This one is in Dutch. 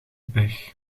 pech